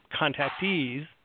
contactees